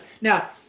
Now